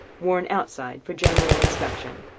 worn outside for general inspection,